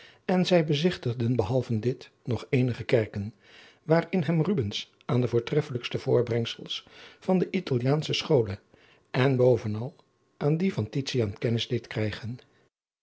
en zij bezigtigden behalve dit nog eenige kerken waarin hem rubbens aan de voortreffelijkste voortbrengsels van de italiaansche schole en bovenal aan die van titiaan kennis deed krijgen